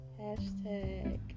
hashtag